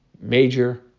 major